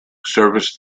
service